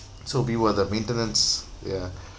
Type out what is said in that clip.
so we were the maintenance ya